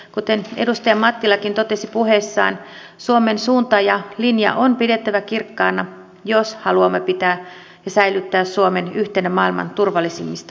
kuten edustaja mattilakin totesi puheessaan suomen suunta ja linja on pidettävä kirkkaana jos haluamme pitää ja säilyttää suomen yhtenä maailman turvallisimmista